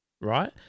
right